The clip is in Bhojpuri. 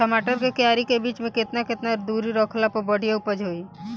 टमाटर के क्यारी के बीच मे केतना केतना दूरी रखला पर बढ़िया उपज होई?